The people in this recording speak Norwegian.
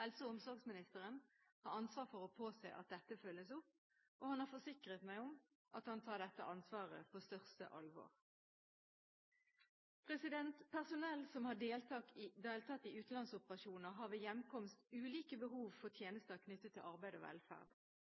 Helse- og omsorgsministeren har ansvar for å påse at dette følges opp, og han har forsikret meg om at han tar dette ansvaret på største alvor. Personell som har deltatt i utenlandsoperasjoner, har ved hjemkomst ulike behov for